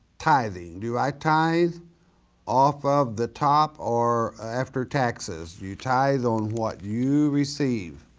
tithing, do i tithe off of the top or after taxes? you tithe on what you receive.